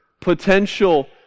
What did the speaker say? potential